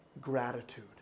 gratitude